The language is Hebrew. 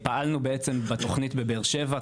פעלנו בעצם בתכנית בבאר שבע,